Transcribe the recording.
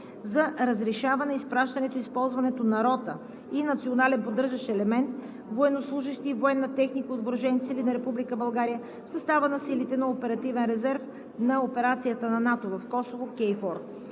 за разрешаване изпращането и използването на рота и национален поддържащ елемент военнослужещи и военна техника от въоръжените сили на Република България в състава на Силите на оперативен резерв на операцията на НАТО в Косово – КФОР.